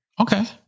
Okay